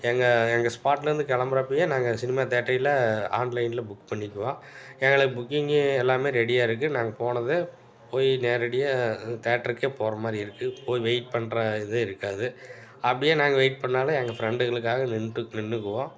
எங்கள் எங்கள் ஸ்பாட்லேருந்து கிளம்புறப்பையே நாங்கள் சினிமா தேட்டையில் ஆன்லைனில் புக் பண்ணிக்குவோம் எங்களுக்கு புக்கிங்கு எல்லாமே ரெடியாக இருக்குது நாங்கள் போனதும் போய் நேரடியாக தேட்டருக்கே போகிற மாதிரி இருக்குது போய் வெயிட் பண்ணுற இது இருக்காது அப்படியே நாங்கள் வெயிட் பண்ணிணாலும் எங்க ஃப்ரெண்டுகளுக்காக நின்றுட்டு நின்றுக்குவோம்